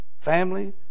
family